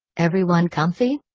everyone comfy?